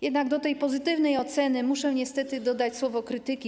Jednak do tej pozytywnej oceny muszę niestety dodać słowo krytyki.